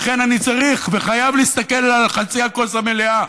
לכן אני צריך וחייב להסתכל על חצי הכוס המלאה,